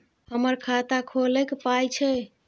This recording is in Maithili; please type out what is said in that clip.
हमर खाता खौलैक पाय छै